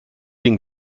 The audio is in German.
den